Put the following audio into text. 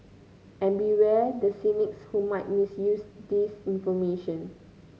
and beware the cynics who might misuse this information